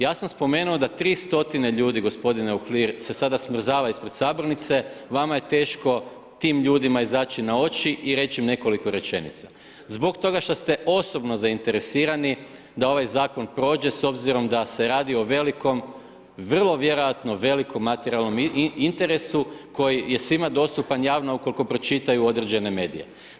Ja sam spomenuo da 300 ljudi gospodine Uhlir se sada smrzava ispred sabornice, vama je teško tim ljudima izaći na oči i reći im nekoliko rečenica, zbog toga što ste osobno zainteresirani da ovaj zakon prođe s obzirom da se radi o velikom vrlo vjerojatno velikom materijalnom interesu koji je svima dostupan javno, ali ukoliko pročitaju određene medije.